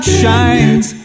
shines